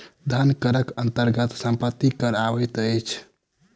धन करक अन्तर्गत सम्पत्ति कर अबैत अछि